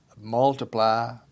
multiply